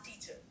teacher